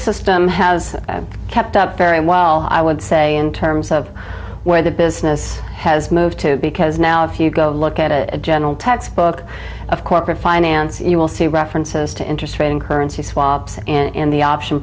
system has kept up very well i would say in terms of where the business has moved to because now if you go look at a general textbook of corporate finance you will see references to interest rate incurring swaps and the option